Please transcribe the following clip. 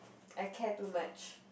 I care too much